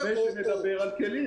-- לפני שנדבר על כלים.